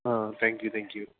ആ thank you thank U